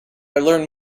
learn